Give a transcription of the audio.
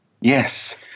Yes